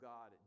God